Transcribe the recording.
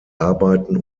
arbeiten